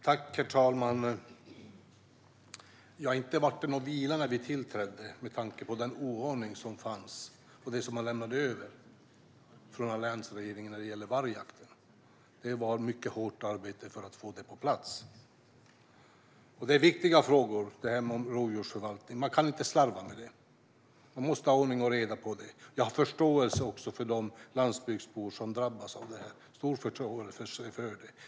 Herr talman! Inte blev det någon vila när vi tillträdde med tanke på den oordning som rådde i fråga om vargjakten när alliansregeringen lämnade över. Det var mycket hårt arbete för att få detta på plats. Frågorna om rovdjursförvaltningen är viktiga, och man kan inte slarva med dem. Man måste ha ordning och reda. Jag har stor förståelse för de landsbygdsbor som drabbas av detta.